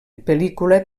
pel·lícula